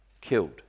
killed